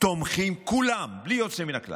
תומכים כולם בלי יוצא מן הכלל